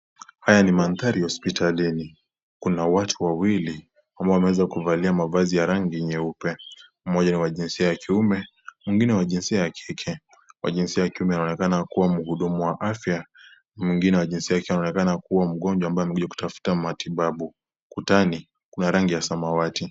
Haya ni mandhari ya hospitalini , kuna watu wawili ambao wameweza kuvalia mavazi ya rangi nyeupe , mmoja nin wa jinsia ya kiume mwingine ni wa jinsia ya kike. Wa jinsia ya kiume anaonekana kuwa mhudumu wa afya na wa jinsia ya kike anaonekana kuwa mgonjwa amekuja kutafuta matibabu. Ukutani kuna rangi ya samawati.